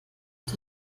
die